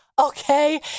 Okay